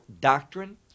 doctrine